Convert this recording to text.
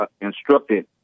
instructed